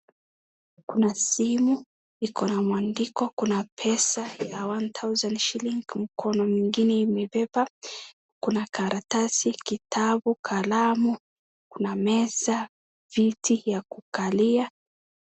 Kuna simu, iko na mwandiko, kuna pesa ya one thousand shilling mkono mwingine imebeba. Kuna karatasi, kitabu, kalamu, kuna meza, viti ya kukalia.